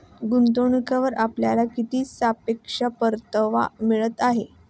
गुंतवणूकीवर आपल्याला किती सापेक्ष परतावा मिळत आहे?